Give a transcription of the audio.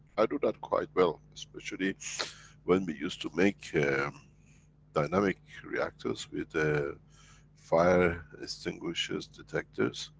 i do that quite well, especially when we used to make. um dynamic reactors with the fire extinguishers, detectors,